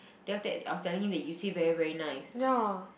then after that I was telling him that you say was very very nice